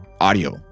audio